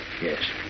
Yes